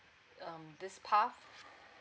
um this path